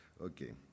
Okay